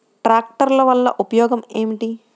ట్రాక్టర్ల వల్ల ఉపయోగం ఏమిటీ?